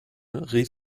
rief